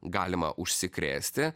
galima užsikrėsti